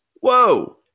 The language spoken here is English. Whoa